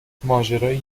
ماجرای